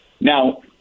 Now